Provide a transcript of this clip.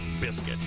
biscuit